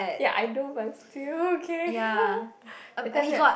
ya I know but still okay eh tell me eh